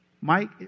Mike